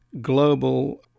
global